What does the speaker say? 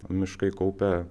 miškai kaupia